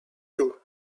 too